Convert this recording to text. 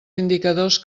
indicadors